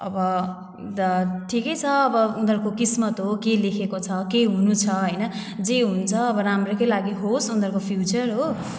अब दा ठिकै छ अब उनीहरूको किस्मत हो के लेखेको छ के हुनु छ हैन जे हुन्छ अब राम्रैको लागि होस् उनीहरूको फ्युचर हो